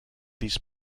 these